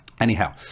Anyhow